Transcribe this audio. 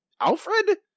Alfred